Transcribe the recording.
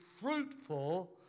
fruitful